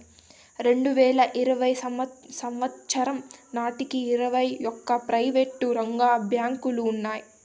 రెండువేల ఇరవై సంవచ్చరం నాటికి ఇరవై ఒక్క ప్రైవేటు రంగ బ్యాంకులు ఉన్నాయి